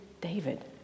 David